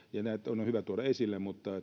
näitä on hyvä tuoda esille mutta